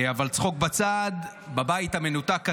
אבל צחוק בצד, בבית המנותק הזה,